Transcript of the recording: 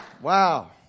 Wow